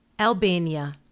albania